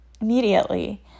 immediately